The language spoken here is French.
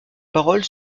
paroles